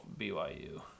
BYU